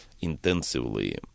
intensively